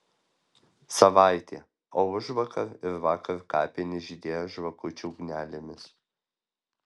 savaitė o užvakar ir vakar kapinės žydėjo žvakučių ugnelėmis